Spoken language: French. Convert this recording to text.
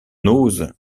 n’ose